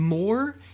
More